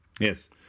yes